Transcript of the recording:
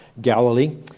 Galilee